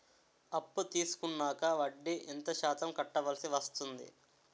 అప్పు తీసుకున్నాక వడ్డీ ఎంత శాతం కట్టవల్సి వస్తుంది?